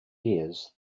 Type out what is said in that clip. years